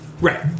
Right